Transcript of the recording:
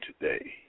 today